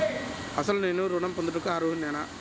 అసలు నేను ఋణం పొందుటకు అర్హుడనేన?